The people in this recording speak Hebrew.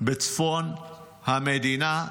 בצפון המדינה.